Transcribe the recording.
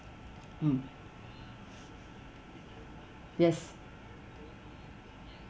mm yes